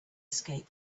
escape